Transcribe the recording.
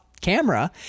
camera